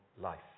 life